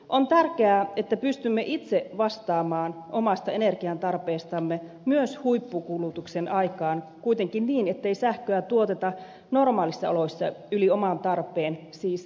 on tärkeää että pystymme itse vastaamaan omasta energiantarpeestamme myös huippukulutuksen aikaan kuitenkin niin ettei sähköä tuoteta normaaleissa oloissa yli oman tarpeen siis ei myyntiin